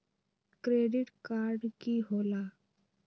Credit card की होला?